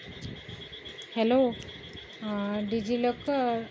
hello DigiLocker